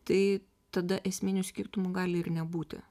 tai tada esminių skirtumų gali ir nebūti